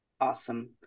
Awesome